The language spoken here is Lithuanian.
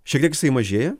šiek tiek jisai mažėja